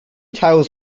tiles